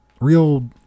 Real